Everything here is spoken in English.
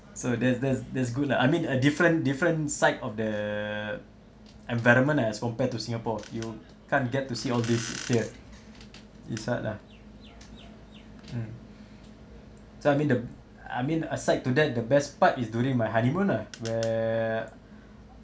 so there's there's there's good lah I mean a different different side of the environment as compared to singapore you can't get to see all these here inside lah mm so I mean the I mean aside to that the best part is during my honeymoon lah where